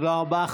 תודה רבה.